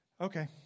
Okay